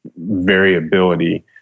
variability